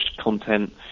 content